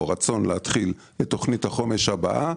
או רצון להתחיל את תכנית החומש הבאה,